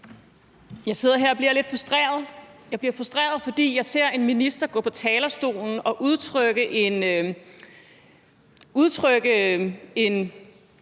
Jeg sidder her og bliver lidt frustreret. Jeg bliver frustreret, fordi jeg ser en minister gå på talerstolen og udtrykke en